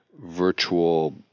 virtual